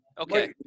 Okay